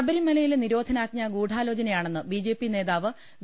ശബരിമലയിലെ നിരോധനാജ്ഞ ഗൂഢാലോചനയാണെന്ന് ബിജെപി നേതാവ് വി